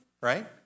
right